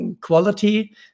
quality